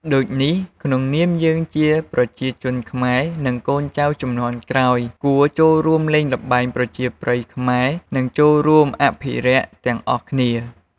ដូចនេះក្នុងនាមយើងជាប្រជាជនខ្មែរនិងកូនចៅជំនាន់ក្រោយគួរចូលរួមលេងល្បែងប្រជាប្រិយខ្មែរនិងចូររួមអភិរក្សទាំងអស់គ្នា។